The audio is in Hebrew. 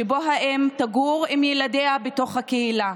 שבה האם תגור עם ילדיה בתוך הקהילה,